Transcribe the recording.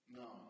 no